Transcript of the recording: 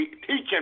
teaching